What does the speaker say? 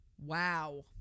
wow